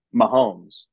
Mahomes